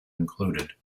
included